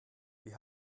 wir